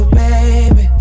baby